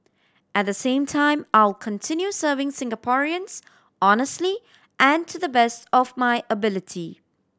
at the same time I will continue serving Singaporeans honestly and to the best of my ability